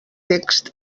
text